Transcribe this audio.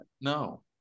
No